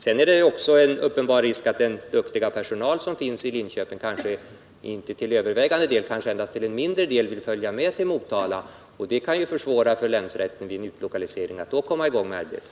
Sedan är det också en uppenbar risk att den duktiga personal som nu finns i Linköping inte till övervägande del utan kanske endast till en mindre del vill följa med till Motala, och det kan vid en utlokalisering försvåra för länsrätten att då komma i gång med arbetet.